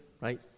right